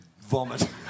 vomit